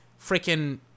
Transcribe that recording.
freaking